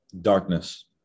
darkness